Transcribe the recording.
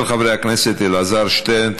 של חברי הכנסת אלעזר שטרן,